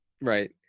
Right